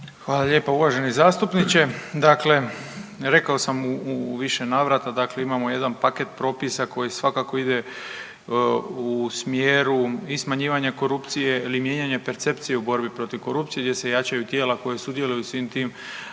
Hvala lijepa uvaženi zastupniče. Dakle, rekao sam u više navrata, dakle imamo jedan paket propisa koji svakako ide u smjeru i smanjivanja korupcije ili mijenjanja percepcije u borbi protiv korupcije gdje se jačaju tijela koja sudjeluju u svim